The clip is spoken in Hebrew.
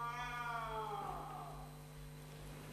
אההההה.